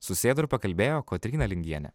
susėdo ir pakalbėjo kotryna lingienė